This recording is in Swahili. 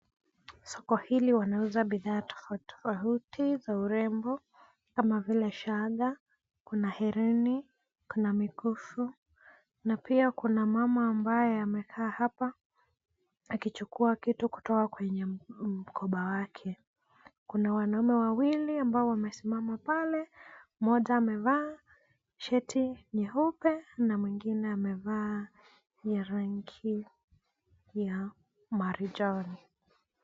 Soko hili wanauza bidhaa tofauti tofauti za urembo kama vile: shanga, kuna herini, kuna mikufu na pia kuna mama ambaye amekaa hapa akichukua kitu kutoka kwenye mkoba wake. Kuna wanaume wawili ambao wamesimama pale, mmoja amevaa sheti nyeupe na mwingine amevaa ya rangi ya marijani.